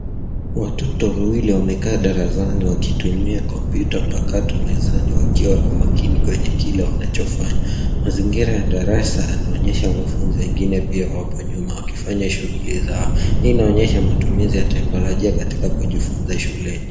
Watoto wawili wamekaa darasani wakitumia kompyuta mpakato iliyo mezani wakiwa na umakini kwenye kile wanachofanya. Mazingira ya darasa yanaonyesha wanafunzi wengine pia wapo nyuma wakifanya shughuli zao. Hii inaonyesha matumizi ya teknolojia katika kujifunza shuleni.